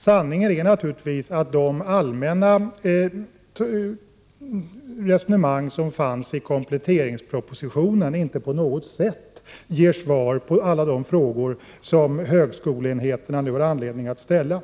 Sanningen är naturligtvis att de allmänna resonemang som fanns i kompletteringspropositionen inte på något sätt ger svar på alla de frågor som högskoleenheterna nu har anledning att ställa.